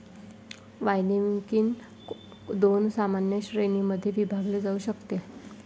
winemaking दोन सामान्य श्रेणीं मध्ये विभागले जाऊ शकते